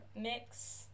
mix